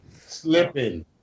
Slipping